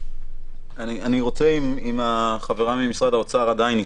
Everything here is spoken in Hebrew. אם חבריי ממשרד האוצר עדיין איתנו,